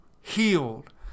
healed